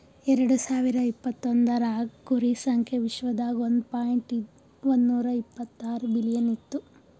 ಎರಡು ಸಾವಿರ ಇಪತ್ತೊಂದರಾಗ್ ಕುರಿ ಸಂಖ್ಯಾ ವಿಶ್ವದಾಗ್ ಒಂದ್ ಪಾಯಿಂಟ್ ಒಂದ್ನೂರಾ ಇಪ್ಪತ್ತಾರು ಬಿಲಿಯನ್ ಇತ್ತು